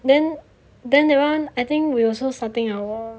then then that [one] we also starting our own